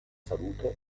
salute